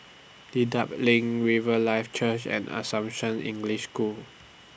Dedap LINK Riverlife Church and Assumption English School